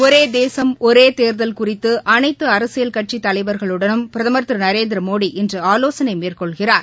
ஒரே தேசம் ஒரே தேர்தல் குறித்து அனைத்து அரசியல் கட்சித் தலைவா்களுடனும் பிரதமா் திரு நரேந்திரமோடி இன்று ஆலோசனை மேற்கொள்கிறார்